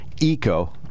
eco